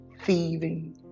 thieving